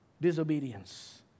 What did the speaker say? disobedience